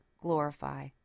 glorify